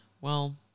Well-